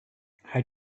how